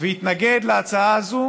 ויתנגד להצעה הזו